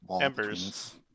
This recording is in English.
Embers